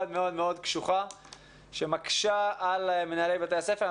מאוד קשוחה שמקשה על מנהלי בתי הספר,